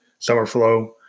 Summerflow